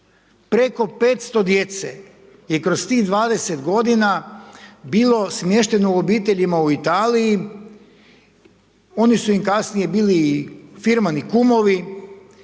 Preko 500 djece je kroz tih 20 godina bilo smješteno u obiteljima u Italiji, oni su im kasnije bili i firmani kumovi,